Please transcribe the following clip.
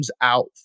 out